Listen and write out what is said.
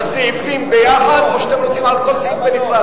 הסעיפים ביחד או שאתם רוצים על כל סעיף בנפרד,